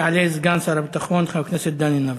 יעלה סגן שר הביטחון חבר הכנסת דני דנון.